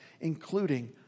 including